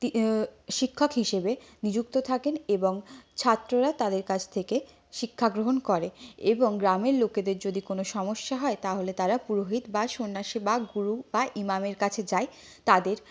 শিক্ষক হিসেবে নিযুক্ত থাকেন এবং ছাত্ররা তাদের কাছ থেকে শিক্ষাগ্রহণ করে এবং গ্রামের লোকেদের যদি কোনও সমস্যা হয় তাহলে তারা পুরোহিত বা সন্ন্যাসী বা গুরু বা ইমামের কাছে যায় তাদের